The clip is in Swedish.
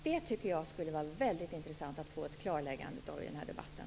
Det tycker jag skulle vara väldigt intressant att få klarlagt i den här debatten.